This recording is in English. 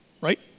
right